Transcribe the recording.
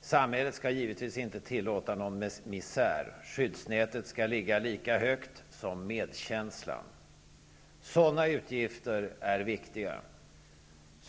Samhället skall givetvis inte tillåta någon misär. Skyddsnätet skall ligga lika högt som medkänslan. Sådana utgifter är viktiga.